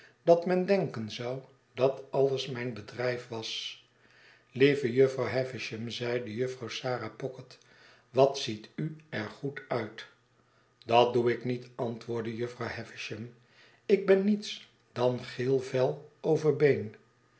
dat men denken zou dat alles mijn bedrijf was lieve jufvrouw havisham zeide jufvrouw sarah pocket wat ziet u er goed uit dat doe ik niet antwoordde jufvrouw havisham ik ben niets dan geel vel over been